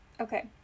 okay